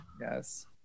yes